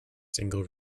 single